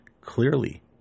clearly